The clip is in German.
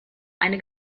eine